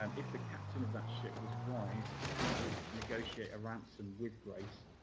um if the captain of that ship was wise, he would negotiate a ransom with grace.